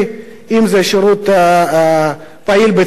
אם שירות פעיל בצה"ל,